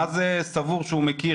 מה זה "סבור שהוא מכיר"?